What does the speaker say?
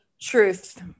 truth